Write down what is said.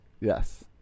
yes